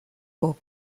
vor